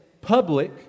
public